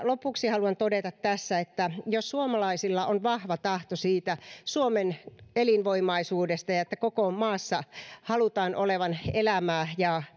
lopuksi haluan todeta tässä että jos suomalaisilla on vahva tahto suomen elinvoimaisuudesta ja siitä että koko maassa halutaan olevan elämää ja